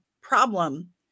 problem